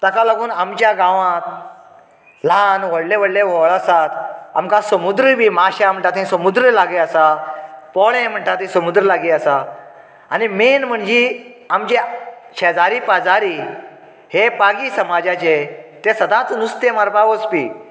ताका लागून आमच्या गांवांत ल्हान व्हडलें व्हडलें व्हळ आसात आमकां समुद्रय बी माश्यां म्हणटा तें समुद्र लागीं आसा बोणें म्हणटा ती समुद्र लागीं आसा आनी मेन म्हणजे आमच्या शेजारी पाजारी हे पागी समाजाचे तें सदांच नुस्तें मारपाक वचपी